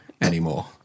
anymore